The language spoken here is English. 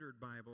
Bible